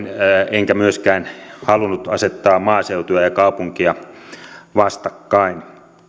enkä myöskään halunnut asettaa maaseutua ja kaupunkia vastakkain